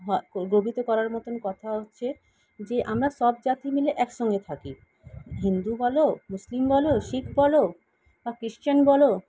হয় গর্বিত করার মতন কথা হচ্ছে যে আমরা সব জাতি মিলে একসঙ্গে থাকি হিন্দু বল মুসলিম বল শিখ বল বা ক্রিশ্চান বল